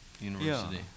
University